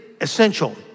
essential